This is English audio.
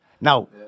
Now